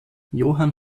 johann